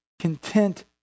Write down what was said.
content